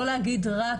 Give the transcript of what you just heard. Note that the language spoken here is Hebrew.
לא להגיד רק